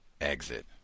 exit